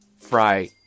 fry